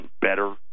better